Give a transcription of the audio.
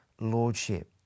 Lordship